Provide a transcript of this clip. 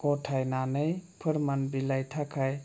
गथायनानै फोरमान बिलाइ थाखाय